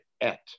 et